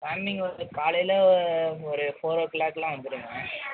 அன்னைக்கு வந்து காலையில ஒரு ஃபோர் ஓ கிளாக்லாம் வந்துடுவேன்